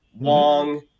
Wong